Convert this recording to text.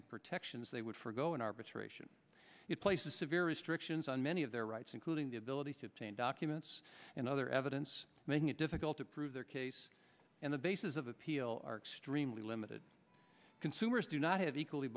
and protections they would for go in arbitration it places severe restrictions on many of their rights including the ability to obtain documents and other evidence making it difficult to prove their case and the bases of appeal are extremely limited consumers do not have equally